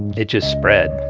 it just spread.